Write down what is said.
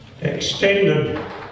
extended